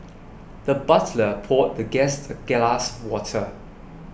the butler poured the guest a glass water